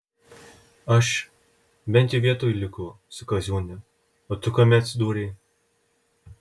aš bent vietoj likau su kaziūne o tu kame atsidūrei